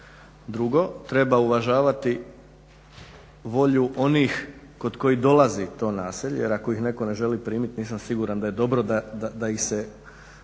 Drugo, treba uvažavati volju onih kod kojih dolazi to naselje, jer ako ih netko ne želi primiti nisam siguran da je dobro da ih se